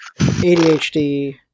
ADHD